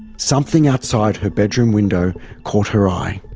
something outside her bedroom window caught her eye.